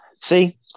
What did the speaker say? see